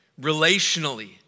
relationally